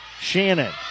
Shannon